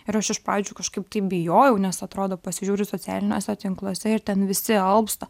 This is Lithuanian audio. ir aš iš pradžių kažkaip taip bijojau nes atrodo pasižiūriu socialiniuose tinkluose ir ten visi alpsta